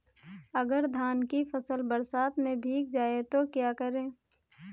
अगर धान की फसल बरसात में भीग जाए तो क्या करें?